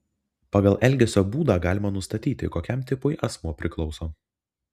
pagal elgesio būdą galima nustatyti kokiam tipui asmuo priklauso